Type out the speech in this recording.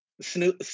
Snoop